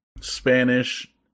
Spanish